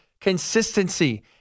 consistency